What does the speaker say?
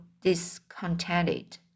discontented